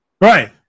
right